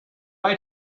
eye